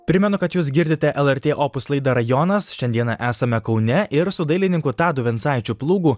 primenu kad jūs girdite lrt opus laidą rajonas šiandieną esame kaune ir su dailininku tadu vincaičiu plūgu